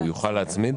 הוא יוכל להצמיד?